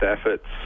efforts